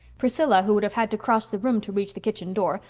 priscilla, who would have had to cross the room to reach the kitchen door,